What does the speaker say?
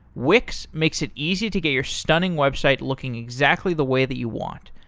wix makes it easy to get your stunning website looking exactly the way that you want.